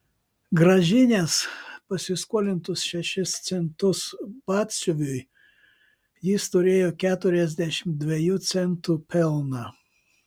grąžinęs pasiskolintus šešis centus batsiuviui jis turėjo keturiasdešimt dviejų centų pelną